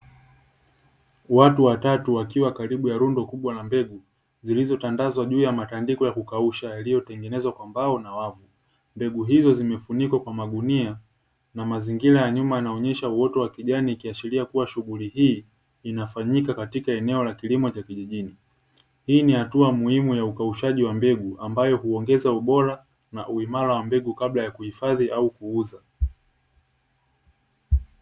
Watu watatu wakiwa karibu ya rundo kubwa la mbegu zilizotandazwa juu ya matandiko ya kukausha yaliyotengenezwa kwa mbao na wavu. mbegu hizo zimefunikwa kwa magunia. na mazingira ya nyuma yanaonyesha uoto wa kijani, ikiashiria kuwa shughuli hii inafanyika katika eneo la kilimo cha kijijini. hii ni hatua muhimu ya ukaushaji wa mbegu ambayo huongeza ubora na uimara wa mbegu kabla ya kuhifadhi au kuuza.